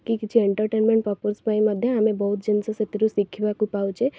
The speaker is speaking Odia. କି କିଛି ଏଣ୍ଟରଟେନ୍ମେଣ୍ଟ୍ ପର୍ପୋଜ୍ ପାଇଁ ମଧ୍ୟ ଆମେ ବହୁତ ଜିନିଷ ସେଥିରୁ ଶିଖିବାକୁ ପାଉଛେ